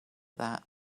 that